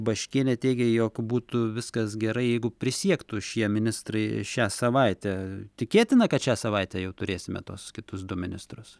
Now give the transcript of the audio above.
baškienė teigė jog būtų viskas gerai jeigu prisiektų šie ministrai šią savaitę tikėtina kad šią savaitę jau turėsime tuos kitus du ministrus